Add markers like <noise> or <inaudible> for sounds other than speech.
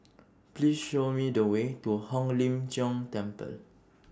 Please Show Me The Way to Hong Lim Jiong Temple <noise>